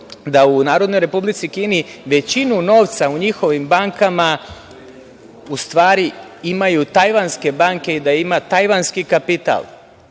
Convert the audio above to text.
da u Narodnoj Republici Kini većinu novca u njihovim bankama u stvari imaju tajvanske banke i da ima tajvanski kapital